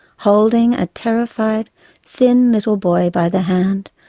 holding a terrified thin little boy by the hand,